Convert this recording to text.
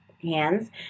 hands